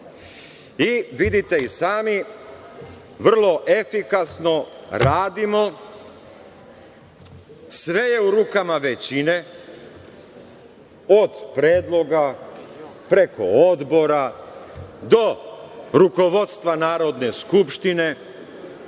i sami, vrlo efikasno radimo. Sve je u rukama većine, od predloga preko odbora, do rukovodstva Narodne skupštine.